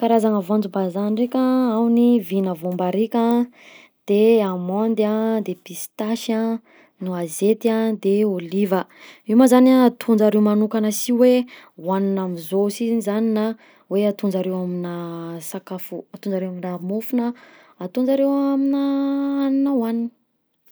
Karazana voanjombazaha ndraika a: ao ny vina voambariaka, de amandeha an, de pistasy a, noisety, de ôliva, io ma zany ataonjareo magnokana si hoe hoagnina amzao si io zany na hoe ataonjareo aminà sakafo, ataonjare aminà mofo na ataonjareo aminà hagnina hoagnina.